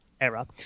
era